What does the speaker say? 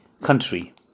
country